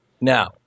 Now